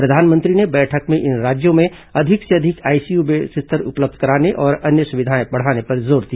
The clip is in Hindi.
प्रधानमंत्री ने बैठक में इन राज्यों में अधिक से अधिक आईसीयू बिस्तर उपलब्ध कराने और अन्य सुविधाएं बढ़ाने पर जोर दिया